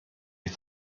die